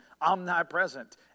omnipresent